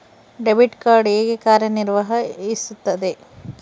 Debit card ಹೇಗೆ ಕಾರ್ಯನಿರ್ವಹಿಸುತ್ತದೆ?